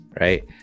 right